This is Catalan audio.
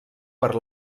per